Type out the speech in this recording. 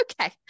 okay